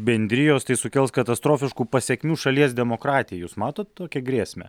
bendrijos tai sukels katastrofiškų pasekmių šalies demokratijai jūs matot tokią grėsmę